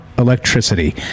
electricity